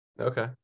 okay